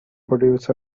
produced